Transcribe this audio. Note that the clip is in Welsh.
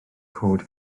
cod